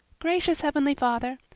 gracious heavenly father,